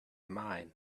mine